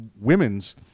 women's